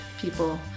people